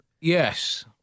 Yes